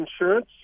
insurance